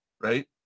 right